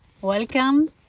welcome